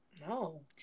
No